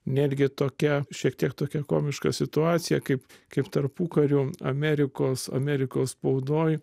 netgi tokia šiek tiek tokia komiška situacija kaip kaip tarpukariu amerikos amerikos spaudoj